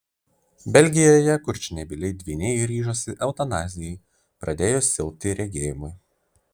belgijoje kurčnebyliai dvyniai ryžosi eutanazijai pradėjus silpti regėjimui